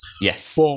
Yes